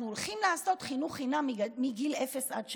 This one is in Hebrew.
אנחנו הולכים לעשות חינוך חינם מגיל אפס עד שלוש.